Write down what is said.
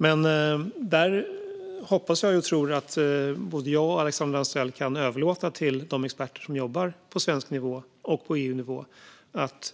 Jag hoppas och tror att både jag och Alexandra Anstrell kan överlåta till experterna i Sverige och inom EU att